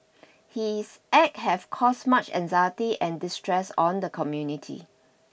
his act have caused much anxiety and distress on the community